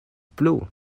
plu